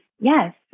Yes